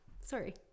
Sorry